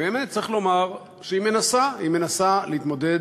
באמת, צריך לומר שהיא מנסה, היא מנסה להתמודד